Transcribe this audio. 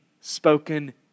spoken